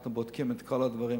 אנחנו בודקים את כל הדברים,